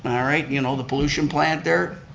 and alright, you know, the pollution plant there,